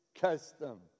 custom